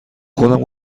خودم